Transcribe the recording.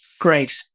Great